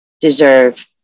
deserve